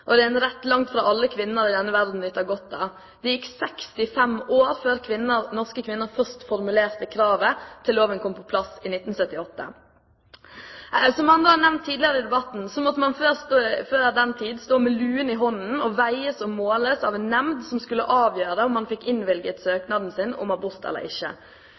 og det er en rett langt fra alle kvinner i denne verden nyter godt av. Det gikk 65 år fra norske kvinner først formulerte kravet, til loven kom på plass i 1975. Som andre har nevnt tidligere i debatten, måtte man før den tid stå med luen i hånden og veies og måles av en nemnd som skulle avgjøre om man fikk innvilget søknaden sin om